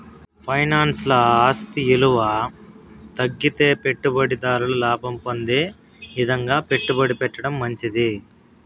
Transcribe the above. ఫైనాన్స్ల ఆస్తి ఇలువ తగ్గితే పెట్టుబడి దారుడు లాభం పొందే ఇదంగా పెట్టుబడి పెట్టడం మంచిది